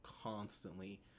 constantly